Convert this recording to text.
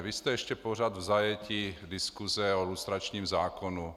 Vy jste ještě pořád v zajetí diskuse o lustračním zákonu.